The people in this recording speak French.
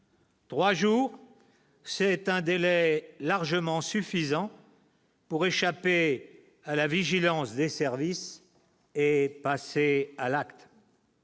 3 jours c'est un délai largement suffisant. Pour échapper à la vigilance des services et passer à l'acte.